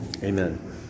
Amen